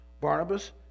Barnabas